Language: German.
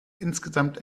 insgesamt